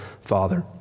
father